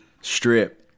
strip